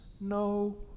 no